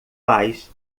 pais